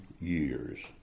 years